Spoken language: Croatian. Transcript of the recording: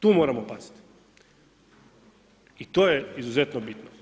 Tu moramo paziti i to je izuzetno bitno.